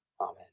Amen